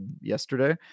yesterday